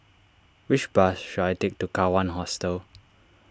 which bus should I take to Kawan Hostel